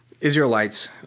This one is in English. Israelites